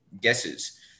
guesses